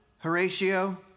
Horatio